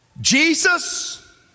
Jesus